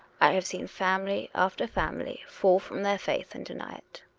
i have seen family after family fall from their faith and deny it.